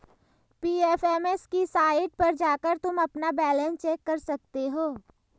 PFMS की site पर जाकर तुम अपना बैलन्स चेक कर सकते हो